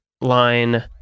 line